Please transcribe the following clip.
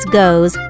goes